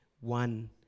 one